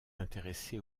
intéressé